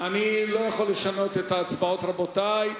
אני לא יכול לשנות את ההצבעות, רבותי.